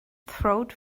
throat